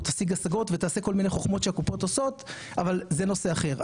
תשיג השגות או תעשה כל מיני חוכמות שהקופות עושות אבל זה נושא אחר.